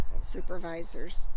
supervisors